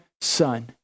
son